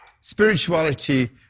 Spirituality